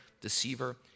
deceiver